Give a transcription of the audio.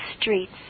streets